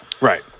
Right